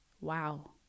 Wow